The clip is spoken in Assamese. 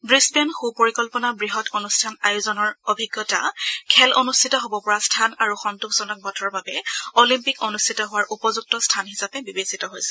ৱ্ৰীছবেন সু পৰিকল্পনা বৃহৎ অনুষ্ঠান আয়োজনৰ অভিজ্ঞতা খেল অনুষ্ঠিত হ'ব পৰা স্থান আৰু সন্তোষজনক বতৰৰ বাবে অলিম্পিক অনুষ্ঠিত হোৱাৰ উপযুক্ত স্থান হিচাপে বিবেচিত হৈছে